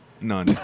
None